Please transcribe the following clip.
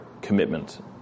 commitment